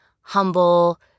humble